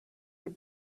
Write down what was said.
had